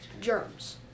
germs